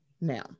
Now